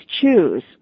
choose